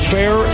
Fair